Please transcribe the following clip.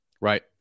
Right